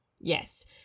Yes